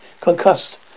concussed